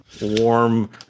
warm